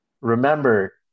remember